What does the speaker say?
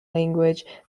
language